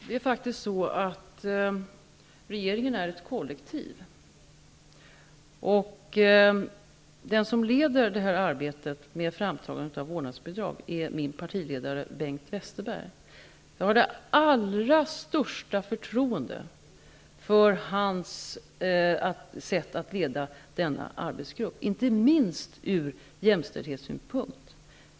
Herr talman! Regeringen är faktiskt ett kollektiv. Den som leder arbetet med framtagandet av vårdnadsbidrag är min partiledare Bengt Westerberg. Jag har det allra största förtroende för hans sätt att leda denna arbetsgrupp, och då inte minst från jämställdhetssynpunkt.